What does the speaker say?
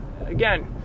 Again